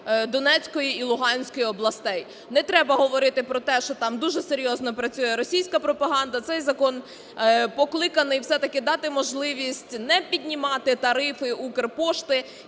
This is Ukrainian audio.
Донецької і Луганської областей. Не треба говорити про те, що там дуже серйозно працює російська пропаганда. Цей закон покликаний все-таки дати можливість не піднімати тарифи "Укрпошти"